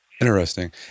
Interesting